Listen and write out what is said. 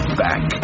back